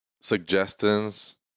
suggestions